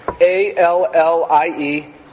A-L-L-I-E